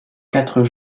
quatre